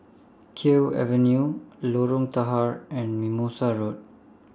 Kew Avenue Lorong Tahar and Mimosa Road